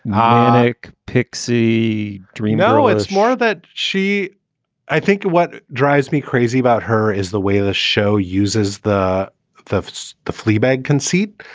like pixie dream arrow is more of that she i think what drives me crazy about her is the way the show uses the thefts, the fleabag conceit,